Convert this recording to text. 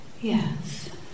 Yes